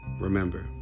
Remember